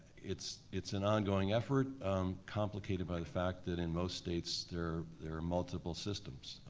it's it's an ongoing effort complicated by the fact that in most states, there there are multiple systems.